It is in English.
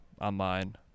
online